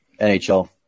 NHL